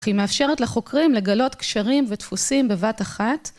היא מאפשרת לחוקרים לגלות קשרים ודפוסים בבת אחת.